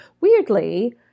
weirdly